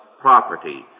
property